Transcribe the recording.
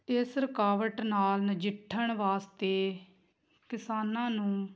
ਇਸ ਰੁਕਾਵਟ ਨਾਲ ਨਜਿੱਠਣ ਵਾਸਤੇ ਕਿਸਾਨਾਂ ਨੂੰ